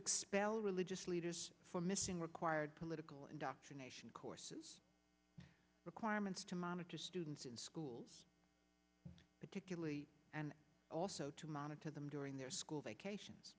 religious leaders for missing required political indoctrination courses requirements to monitor students in schools particularly and also to monitor them during their school vacations